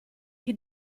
che